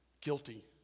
Guilty